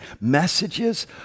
messages